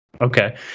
Okay